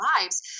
lives